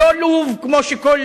לא לוב, כמו שכל